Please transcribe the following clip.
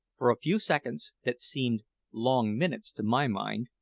for a few seconds, that seemed long minutes to my mind,